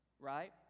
right